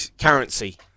currency